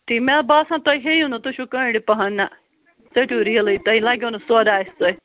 تی مےٚ حظ باسان تُہۍ ہیٚیِو نہٕ تُہۍ چھُو کاڈِ پہن نہَ ژٔٹِو ریٖلٕے تۄہہِ لگیوٕ نہٕ سۄدا اَسہِ سۭتۍ